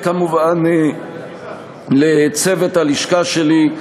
כמובן לצוות הלשכה שלי,